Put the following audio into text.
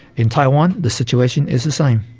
in taiwan the situation is the same.